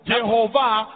Jehovah